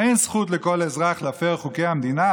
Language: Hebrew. אין זכות לכל אזרח להפר את חוקי המדינה.